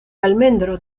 almendro